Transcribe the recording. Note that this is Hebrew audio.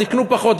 אז יקנו פחות.